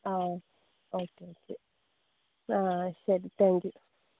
ആ okay okay ആ ശരി താങ്ക്യൂ